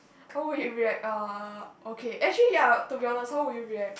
how would you react uh okay actually ya to be honest how would you react